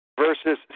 Versus